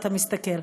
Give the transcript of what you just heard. אתה מסתכל.